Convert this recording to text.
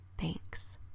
Thanks